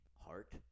Heart